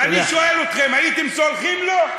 אני שואל אתכם, הייתם סולחים לו?